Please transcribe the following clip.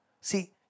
See